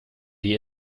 die